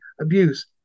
abuse